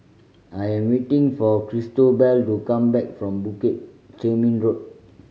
I am waiting for Cristobal to come back from Bukit Chermin Road